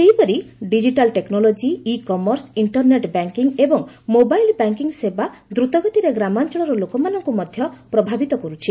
ସେହିପରି digital technology e commerce internet banking ଏବଂ mobile banking ସେବା ଦ୍ରତଗତିରେ ଗ୍ରାମାଞଳର ଲୋକମାନଙ୍କୁ ମଧ୍ୟ ପ୍ରଭାବିତ କରୁଛି